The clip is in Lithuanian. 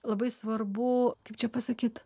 labai svarbu kaip čia pasakyt